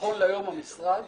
נכון להיום המשרד